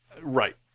Right